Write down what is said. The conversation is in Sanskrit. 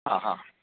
हह